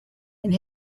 and